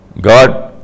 God